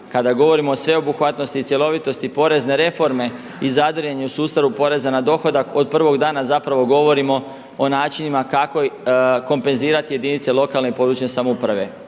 kada govorimo o sveobuhvatnosti i cjelovitosti porezne reforme i zadiranju u sustavu u poreza na dohodak od prvog dana govorimo o načinima kako kompenzirati jedinice lokalne i područne samouprave.